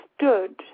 stood